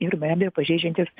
ir be abejo pažeidžiantys